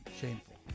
shameful